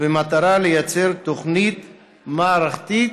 ובמטרה לייצר תוכנית מערכתית,